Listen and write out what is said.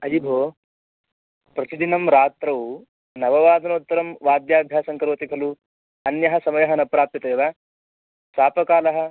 अयि भोः प्रतिदिनं रात्रौ नववादनोत्तरं वाद्याभ्यासं करोति खलु अन्यः समयः न प्राप्यते वा स्वापकालः